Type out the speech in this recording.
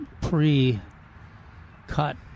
pre-cut